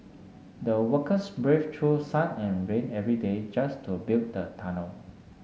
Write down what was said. the workers brave choose sun and rain every day just to build the tunnel